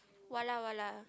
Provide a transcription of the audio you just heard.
Wala wala